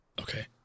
Okay